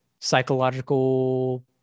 psychological